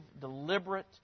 deliberate